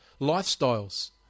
lifestyles